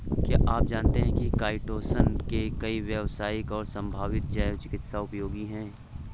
क्या आप जानते है काइटोसन के कई व्यावसायिक और संभावित जैव चिकित्सीय उपयोग हैं?